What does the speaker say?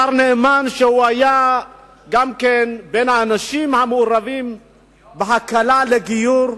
השר נאמן, שהיה מהאנשים המעורבים בהקלת הגיור,